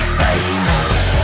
famous